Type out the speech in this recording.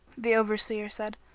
the overseer said,